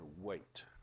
wait